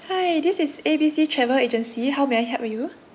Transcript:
hi this is A B C travel agency how may I help you